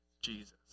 Jesus